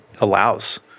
allows